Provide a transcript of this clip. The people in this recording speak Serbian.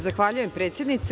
Zahvaljujem predsednice.